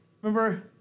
Remember